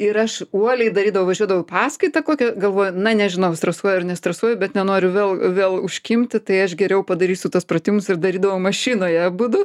ir aš uoliai darydavau važiuodavau į paskaitą kokią galvoju na nežinau stresuoju ar nestresuoju bet nenoriu vėl vėl užkimti tai aš geriau padarysiu tuos pratimus ir darydavau mašinoje abudu